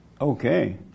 Okay